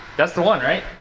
that's the one right